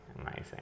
Amazing